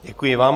Děkuji vám.